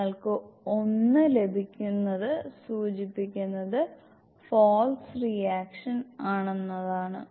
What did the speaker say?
നിങ്ങൾക്ക് 1 ലഭിക്കുന്നത് സൂചിപ്പിക്കുന്നത് ഫാൾസ് റിയാക്ഷൻ ആണെന്നതാണ്